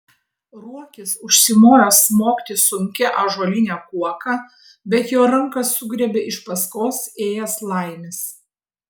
ruokis užsimojo smogti sunkia ąžuoline kuoka bet jo ranką sugriebė iš paskos ėjęs laimis